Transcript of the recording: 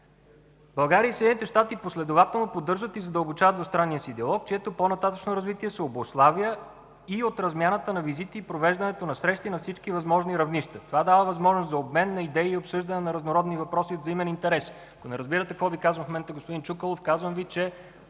България и Съединените щати последователно поддържат и задълбочават двустранния си диалог, чието по-нататъшно развитие се обусловя и от размяната на визити и провеждането на срещи на всички възможни равнища. Това дава възможност за обмен на идеи и обсъждане на разнородни въпроси от взаимен интерес. Ако ме разбирате какво Ви казвам в този момент, господин Чуколов, казвам Ви, че